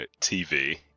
tv